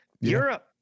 Europe